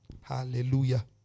Hallelujah